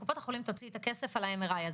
קופת החולים תוציא את הכסף על ה-MRI הזה.